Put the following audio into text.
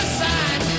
side